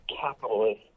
capitalist